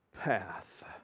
path